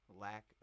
lack